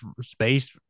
space